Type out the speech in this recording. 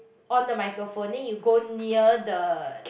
on the microphone then you go near the